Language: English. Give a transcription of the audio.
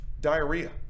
Diarrhea